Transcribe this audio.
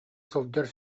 сылдьар